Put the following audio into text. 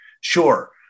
Sure